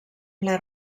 ple